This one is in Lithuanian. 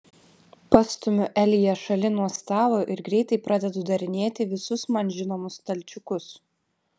pastumiu eliją šalin nuo stalo ir greitai pradedu darinėti visus man žinomus stalčiukus